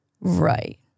Right